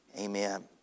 Amen